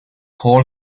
hole